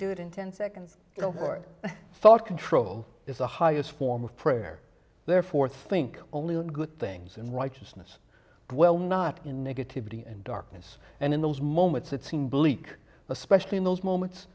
do it in ten seconds you know heard thought control is the highest form of prayer therefore think only of good things and righteousness and well not in negativity and darkness and in those moments that seem bleak especially in those moments